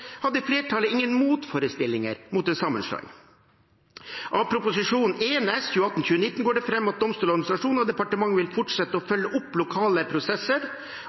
hadde flertallet ingen motforestillinger mot en sammenslåing. Av Prop.1 S for 2018–2019 går det fram at Domstoladministrasjonen og departementet vil fortsette å følge opp lokale prosesser